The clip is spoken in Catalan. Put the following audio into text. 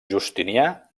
justinià